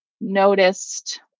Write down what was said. noticed